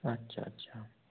अच्छा अच्छा